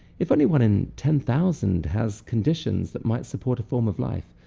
if any one in ten thousand has conditions that might support a form of life,